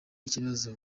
ikibazo